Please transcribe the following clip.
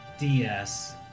DS